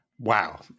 Wow